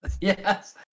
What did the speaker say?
yes